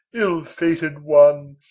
ill-fated one,